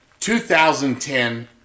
2010